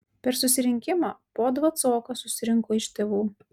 per susirinkimą po dvacoką susirinko iš tėvų